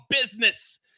business